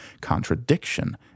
Contradiction